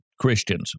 Christians